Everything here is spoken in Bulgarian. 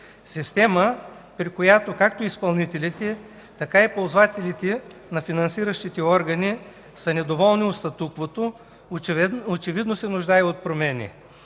Система, при която както изпълнителите, така и ползвателите на финансиращите органи са недоволни от статуквото, очевидно се нуждае от промени.